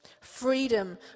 freedom